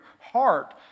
heart